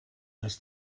this